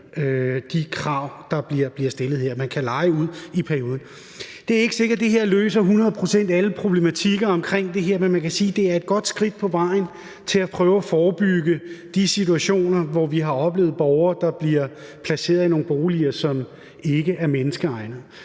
de krav, der bliver stillet. Man kan leje ud i perioden. Det er ikke sikkert, at det her hundrede procent løser alle problematikker omkring det her, men man kan sige, at det er et godt skridt på vejen til at prøve at forebygge de situationer, som vi har oplevet, hvor borgere bliver placeret i nogle boliger, som ikke er menneskeegnede.